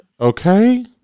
okay